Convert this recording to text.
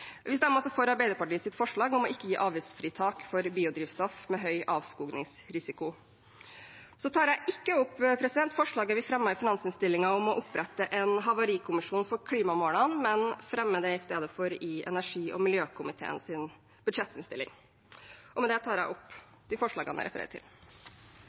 Vi stemmer også for Arbeiderpartiets forslag om ikke å gi avgiftsfritak for biodrivstoff med høy avskogingsrisiko. Jeg tar ikke opp forslaget vi fremmet i finansinnstillingen om å opprette en havarikommisjon for klimamålene, men fremmer det i stedet i energi- og miljøkomiteens budsjettinnstilling. Med det tar jeg opp de forslagene jeg refererte til.